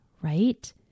right